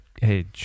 hey